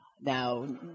Now